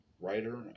writer